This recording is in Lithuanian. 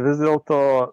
vis dėl to